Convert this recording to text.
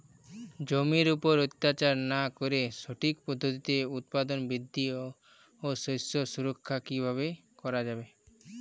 জমির উপর অত্যাচার না করে সঠিক পদ্ধতিতে উৎপাদন বৃদ্ধি ও শস্য সুরক্ষা কীভাবে করা যাবে?